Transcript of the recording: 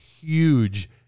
huge